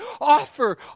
offer